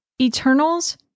Eternals